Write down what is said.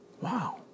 Wow